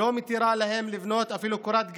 לא מתירה להם לבנות אפילו קורת גג,